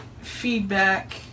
feedback